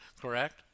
Correct